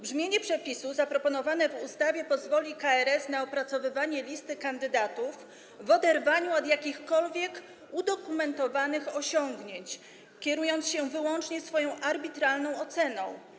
Brzmienie przepisu zaproponowane w ustawie pozwoli KRS na opracowywanie listy kandydatów w oderwaniu od jakichkolwiek udokumentowanych osiągnięć, na kierowanie się wyłącznie arbitralną oceną.